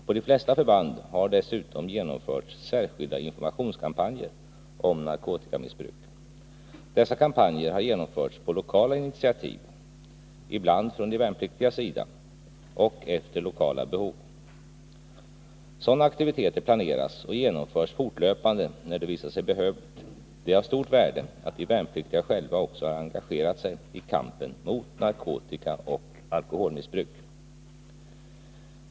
På de flesta förband har dessutom genomförts särskilda informationskampanjer om narkotikamissbruk. Dessa kampanjer har genomförts på lokala initiativ — ibland från de värnpliktigas sida — och efter lokala behov. Sådana aktiviteter planeras och genomförs fortlöpande när det visar sig behövligt. Det är av stort värde att de värnpliktiga själva också har engagerat sig i kampen mot narkotikaoch alkoholmissbruk.